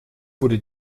wurde